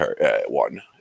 one